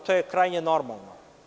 To je krajnje normalno.